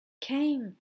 came